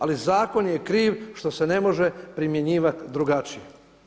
Ali zakon je kriv što se ne može primjenjivati drugačije.